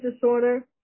disorder